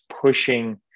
pushing